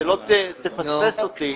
זה